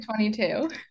22